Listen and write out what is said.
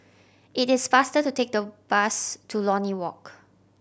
it is faster to take the bus to Lornie Walk